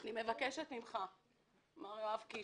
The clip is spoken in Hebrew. אני מבקשת ממך, מר יואב קיש.